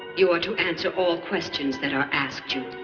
you are to answer all questions that are asked you.